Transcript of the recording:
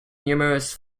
numerous